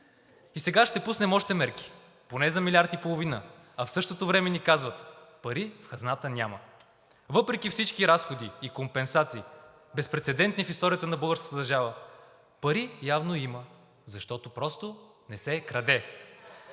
Сега ще пуснем още мерки поне за милиард и половина, а в същото време ни казват, че пари в хазната няма. Въпреки всички разходи и компенсации, безпрецедентни в историята на българската държава, пари просто има, защото просто не се краде.